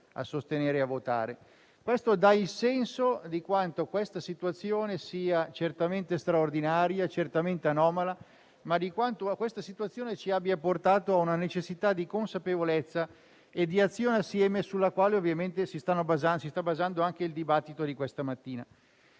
a sostenere e votare. Questo dà il senso di quanto questa situazione sia certamente straordinaria e anomala, ma anche di quanto ci abbia portato alla necessità di consapevolezza e azione insieme, su cui si sta basando anche il dibattito di questa mattina.